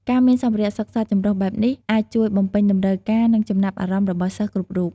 ការមានសម្ភារៈសិក្សាចម្រុះបែបនេះ អាចជួយបំពេញតម្រូវការ និងចំណាប់អារម្មណ៍របស់សិស្សគ្រប់រូប។